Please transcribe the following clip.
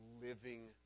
living